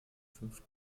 fünf